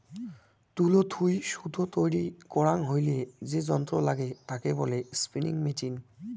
তুলো থুই সুতো তৈরী করাং হইলে যে যন্ত্র নাগে তাকে বলে স্পিনিং মেচিন